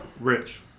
Rich